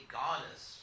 goddess